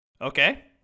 Okay